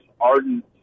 ardent